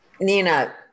Nina